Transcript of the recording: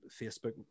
Facebook